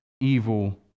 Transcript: evil